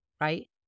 right